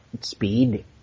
speed